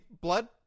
blood